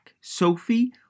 Sophie